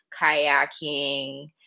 kayaking